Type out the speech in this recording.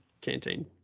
Canteen